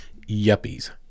Yuppies